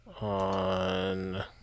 on –